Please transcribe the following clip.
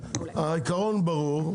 העיקרון ברור.